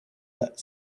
that